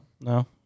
No